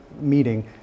meeting